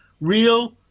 real